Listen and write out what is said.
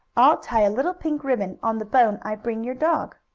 i'll tie a little pink ribbon on the bone i bring your dog.